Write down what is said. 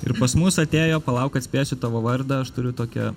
ir pas mus atėjo palauk atspėsiu tavo vardą aš turiu tokią